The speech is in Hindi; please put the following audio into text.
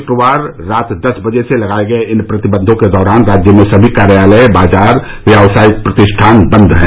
शुक्रवार रात दस बजे से लगाए गए इन प्रतिबन्धों के दौरान राज्य में सभी कार्यालय बाजार और व्यावसायिक प्रतिष्ठान बन्द हैं